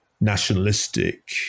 nationalistic